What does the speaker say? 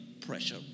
pressure